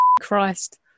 Christ